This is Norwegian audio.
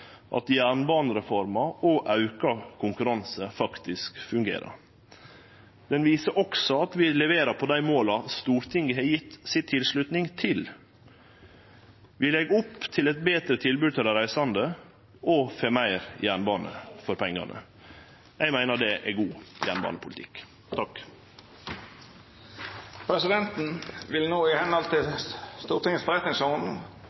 at jernbanereforma og auka konkurranse fungerer. Det viser også at vi leverer på dei måla Stortinget har gjeve tilslutning til. Vi legg opp til eit betre tilbod til dei reisande og får meir jernbane for pengane. Eg meiner det er god jernbanepolitikk. Presidenten vil no, etter Stortingets forretningsorden